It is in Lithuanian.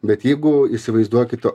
bet jeigu įsivaizduokit